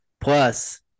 Plus